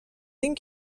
این